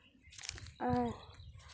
ᱟᱨ